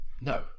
No